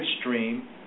stream